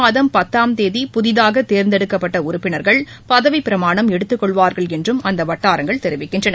மாதம் பத்தாம் தேதி புதிதாக தேர்ந்தெடுக்கப்பட்ட உறப்பினர்கள் அடுத்த பதவிப்பிரமாணம் எடுத்துக் கொள்வாா்கள் என்றும் அந்த வட்டாரங்கள் தெரிவிக்கின்றன